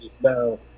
No